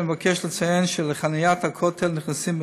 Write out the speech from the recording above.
אני מבקש לציין שלחניית הכותל נכנסים גם